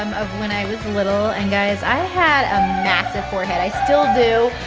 um of when i was and little and guys i had a massive forehead. i still do,